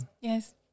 yes